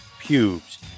pubes